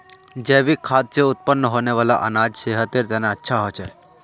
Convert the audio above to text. जैविक खाद से उत्पन्न होने वाला अनाज सेहतेर तने अच्छा होछे